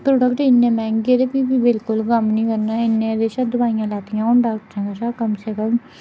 product इन्ना मैह्ंगा ऐ फ्ही बी बिल्कुल कम्म नीं करना ऐ इन्नियां किश दोआइयां लैतियां हून डाक्टरें कशा कम्म से कम्म